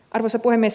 arvoisa puhemies